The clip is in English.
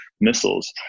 missiles